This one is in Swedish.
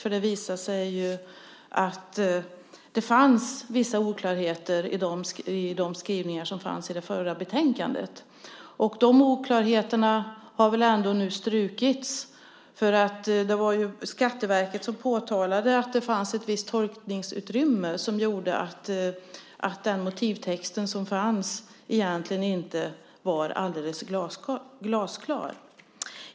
För det visar ju att det fanns vissa oklarheter i de skrivningar som fanns i det förra betänkandet. De oklarheterna har väl nu ändå strukits. Det var Skatteverket som påtalade att det fanns ett visst tolkningsutrymme som gjorde att den motivtext som fanns egentligen inte var helt glasklar.